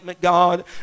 God